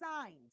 signs